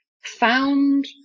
found